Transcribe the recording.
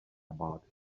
about